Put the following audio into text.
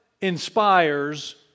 inspires